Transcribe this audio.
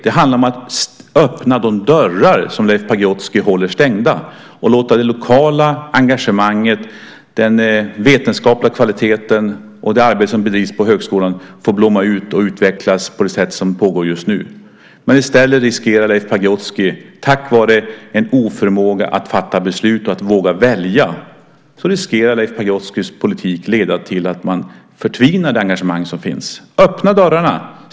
Det handlar om att öppna de dörrar som Leif Pagrotsky håller stängda och låta det lokala engagemanget, den vetenskapliga kvaliteten och det arbete som bedrivs på högskolan få blomma ut och utvecklas på det sätt som pågår just nu. Men i stället riskerar Leif Pagrotskys politik på grund av en oförmåga att fatta beslut och att våga välja att leda till att det engagemang som finns förtvinar. Öppna dörrarna!